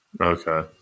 Okay